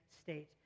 state